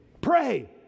pray